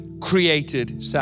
Created